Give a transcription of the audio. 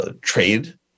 trade